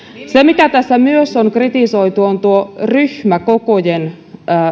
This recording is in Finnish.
se mitä tässä myös on kritisoitu on ryhmäkokojen